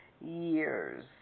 years